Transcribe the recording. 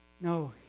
No